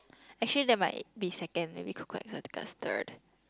actually that might be second maybe Coco exotica is third